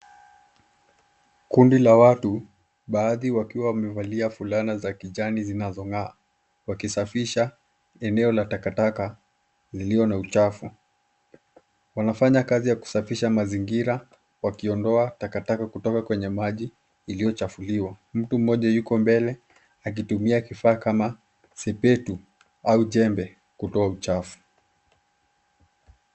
Kundi la watu baadhi wakiwa wamevalia fulana za kijani zinazong'aa wakisafisha eneo la takataka lililio na uchafu. Wanafanya kazi ya kusafisha mazingira wakiondoa takataka kutoka kwenye maji iliyochafuliwa. Mtu mmoja yuko mbele akitumia kifaa kama sepetu au jembe kutoa uchafu.